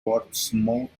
portsmouth